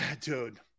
dude